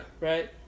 Right